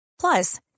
Plus